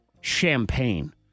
champagne